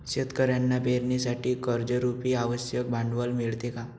शेतकऱ्यांना पेरणीसाठी कर्जरुपी आवश्यक भांडवल मिळते का?